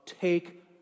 take